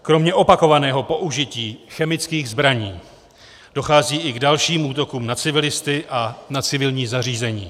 Kromě opakovaného použití chemických zbraní dochází i k dalším útokům na civilisty a na civilní zařízení.